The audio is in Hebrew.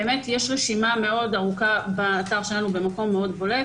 באמת יש רשימה מאוד ארוכה באתר שלנו במקום מאוד בולט